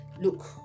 Look